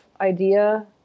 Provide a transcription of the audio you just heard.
idea